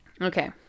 Okay